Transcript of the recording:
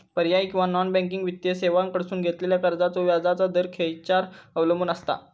पर्यायी किंवा non banking वित्तीय सेवांकडसून घेतलेल्या कर्जाचो व्याजाचा दर खेच्यार अवलंबून आसता?